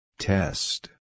Test